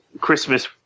Christmas